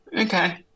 Okay